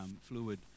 fluid